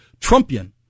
Trumpian